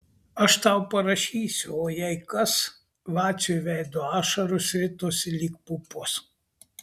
aš tau parašysiu o jei kas vaciui veidu ašaros ritosi lyg pupos